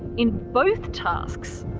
in both tasks.